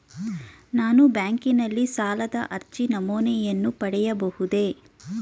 ನಾನು ಬ್ಯಾಂಕಿನಲ್ಲಿ ಸಾಲದ ಅರ್ಜಿ ನಮೂನೆಯನ್ನು ಪಡೆಯಬಹುದೇ?